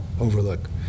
overlook